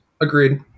Agreed